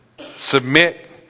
submit